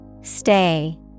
stay